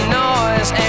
noise